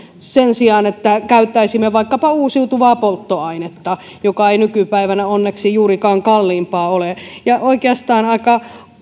sen sijaan että käyttäisimme vaikkapa uusiutuvaa polttoainetta joka ei nykypäivänä onneksi juurikaan kalliimpaa ole ja on oikeastaan aika